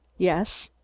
yes.